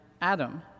Adam